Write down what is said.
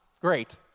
Great